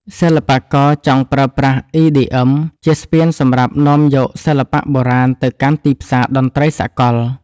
សិល្បករចង់ប្រើប្រាស់ EDM ជាស្ពានសម្រាប់នាំយកសិល្បៈបុរាណទៅកាន់ទីផ្សារតន្ត្រីសកល។